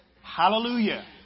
Hallelujah